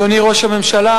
אדוני ראש הממשלה,